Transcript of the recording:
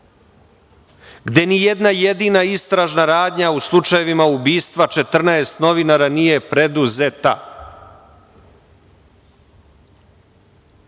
gde nijedna jedina istražna radnja u slučajevi ubistva 14 novinara nije preduzeta. Vidite,